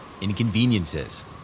inconveniences